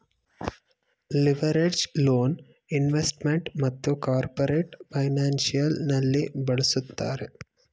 leveraged loan investment ಮತ್ತು corporate financial ನಲ್ಲಿ ಬಳಸುತ್ತಾರೆ